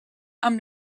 amb